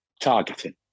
targeting